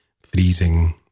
freezing